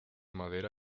madera